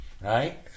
Right